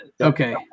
Okay